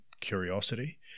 curiosity